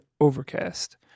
Overcast